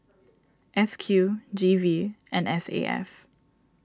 S Q G V and S A F